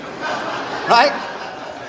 Right